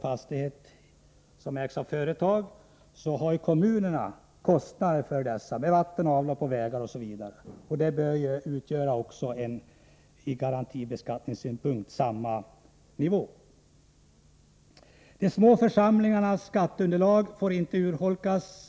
Fastigheterna bör därför likställas från garantibeskattningssyn — Centern menar att de små församlingarnas skatteunderlag inte får urholkas.